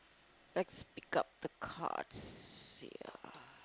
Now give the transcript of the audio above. let's pick up the cards ya